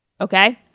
Okay